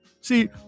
See